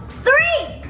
three!